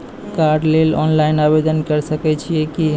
कार्डक लेल ऑनलाइन आवेदन के सकै छियै की?